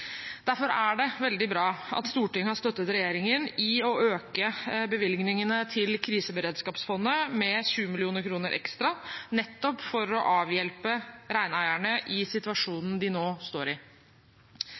Derfor er det veldig bra at Stortinget har støttet regjeringen i å øke bevilgningene til kriseberedskapsfondet med 20 mill. kr ekstra, nettopp for å avhjelpe reineierne i